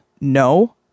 no